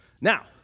Now